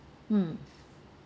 mm